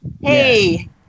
hey